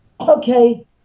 Okay